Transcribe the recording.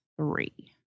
three